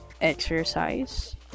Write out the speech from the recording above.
exercise